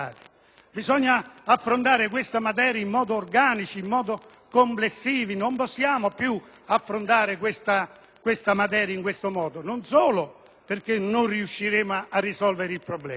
Bisogna affrontare questa materia in modo organico e complessivo. Non possiamo più affrontarla in questa maniera, non solo perché non riusciremo a risolvere il problema